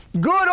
good